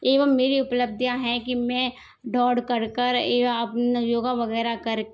एवं मेरी उपलब्धियाँ हैं कि मैं दौड़ कर कर ये अपना योग वग़ैरह कर